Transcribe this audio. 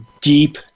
deep